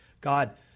God